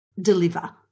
deliver